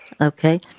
Okay